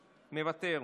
מוותר,